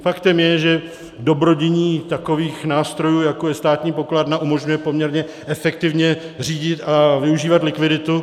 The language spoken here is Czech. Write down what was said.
Faktem je, že dobrodiní takových nástrojů, jako je státní pokladna, umožňuje poměrně efektivně řídit a využívat likviditu.